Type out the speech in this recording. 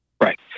right